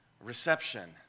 reception